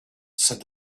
said